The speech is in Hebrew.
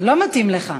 לא מתאים לך.